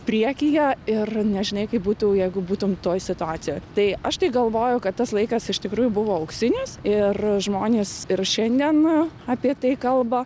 priekyje ir nežinai kaip būtų jeigu būtum toj situacijoj tai aš tai galvoju kad tas laikas iš tikrųjų buvo auksinis ir žmonės ir šiandien apie tai kalba